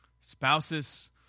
Spouses